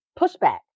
pushback